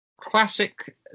Classic